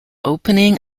opening